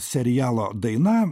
serialo daina